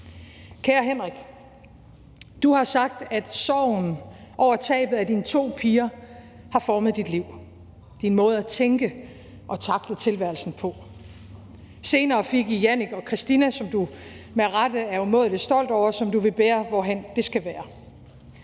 Kære Henrik, du har sagt, at sorgen over tabet af dine to piger har formet dit liv og måden at tænke og tackle tilværelsen på. Senere fik I Jannick og Christina, som du med rette er umådelig stolt over, og som du vil bære, hvorhen det skal være.